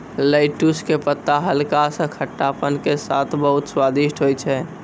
lettuce के पत्ता हल्का सा खट्टापन के साथॅ बहुत स्वादिष्ट होय छै